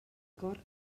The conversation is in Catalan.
cor